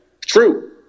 true